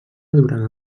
durant